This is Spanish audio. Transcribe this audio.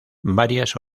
varias